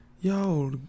yo